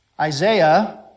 Isaiah